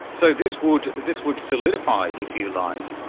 so this would this would solidify if you like,